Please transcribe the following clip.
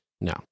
no